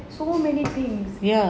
so many things